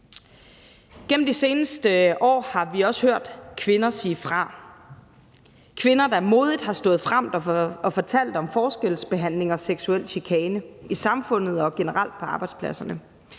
Gennem de seneste år har vi også hørt kvinder sige fra, kvinder, der modigt har stået frem og fortalt om forskelsbehandling og seksuel chikane i samfundet og generelt på arbejdspladserne.